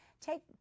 Take